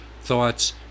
thoughts